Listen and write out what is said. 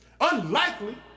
unlikely